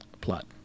Plot